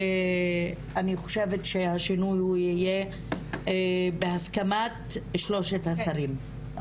אני חושבת שהשינוי יהיה בהסכמת שלושת השרים,